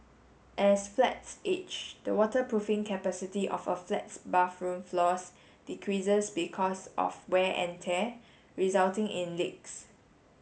as flats age the waterproofing capacity of a flat's bathroom floors decreases because of wear and tear resulting in leaks